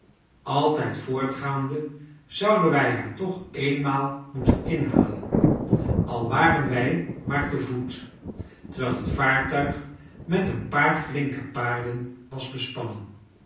altijd voortgaande zouden wij haar toch eenmaal moeten inhalen al waren wij maar te voet terwijl het vaartuig met een paar flinke paarden was bespannen